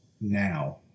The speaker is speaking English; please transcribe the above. now